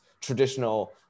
traditional